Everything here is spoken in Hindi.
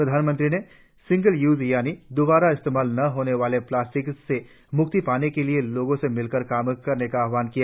प्रधानमंत्री ने सिंगल यूज यानी दोबारा इस्तेमाल न होने वाले प्लास्टिक से मुक्ति पाने के लिए लोगों से मिलकर काम करने का आह्वान किया